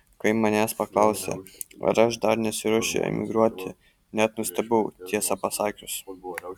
kai manęs paklausė ar aš dar nesiruošiu emigruoti net nustebau tiesą pasakius